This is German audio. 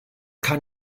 kann